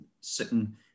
sitting